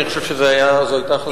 אני חושב שזאת היתה החלטה,